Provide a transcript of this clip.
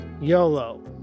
YOLO